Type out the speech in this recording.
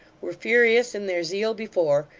were furious in their zeal before,